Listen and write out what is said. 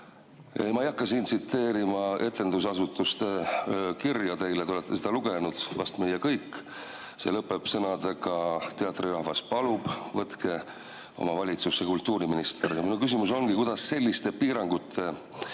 Ma ei hakka siin tsiteerima etendusasutuste kirja teile, te olete seda lugenud nagu vast meie kõik. See lõpeb sõnadega: teatrirahvas palub, võtke oma valitsusse kultuuriminister. Minu küsimus ongi, kuidas selliste piirangute